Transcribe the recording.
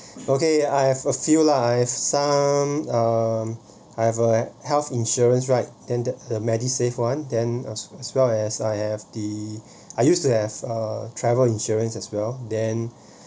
okay I have a few lah I have some um I have a health insurance right then the the MediSave one then as well as I have the I used to have uh travel insurance as well then